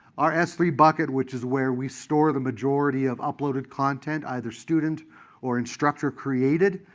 our s three bucket, which is where we store the majority of uploaded content, either student or instructor-created,